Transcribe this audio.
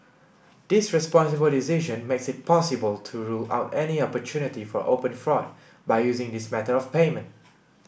this responsible decision makes it possible to rule out any opportunity for open fraud by using this method of payment